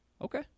Okay